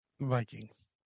Vikings